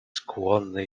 skłonny